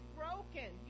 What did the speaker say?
broken